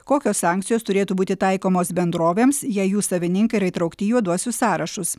kokios sankcijos turėtų būti taikomos bendrovėms jei jų savininkai yra įtraukti į juoduosius sąrašus